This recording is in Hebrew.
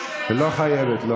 למה השרה לא יושבת?